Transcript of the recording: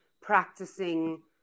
practicing